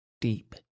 Deep